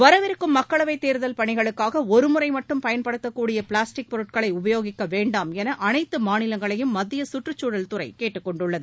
வரவிருக்கும் மக்களவை தேர்தல் பணிகளுக்காக ஒரு முறை மட்டும் பயன்படுத்தக்கூடிய பிளாஸ்டிக் பொருட்களை உபயோகிக்க வேண்டாம் என அனைத்து மாநிலங்களையும் மத்திய சுற்றுச்சூழல் துறை கேட்டுக் கொண்டுள்ளது